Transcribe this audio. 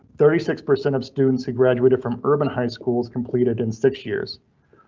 thirty six percent of students who graduated from urban high schools completed in six years.